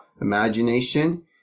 imagination